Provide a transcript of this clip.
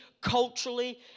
culturally